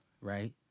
right